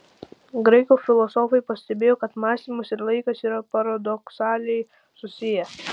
graikų filosofai pastebėjo kad mąstymas ir laikas yra paradoksaliai susiję